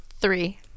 three